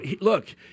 look